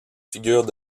figure